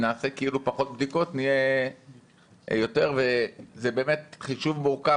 אם נעשה כאילו פחות בדיקות נהיה יותר וזה באמת חישוב מורכב,